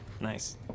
Nice